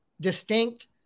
distinct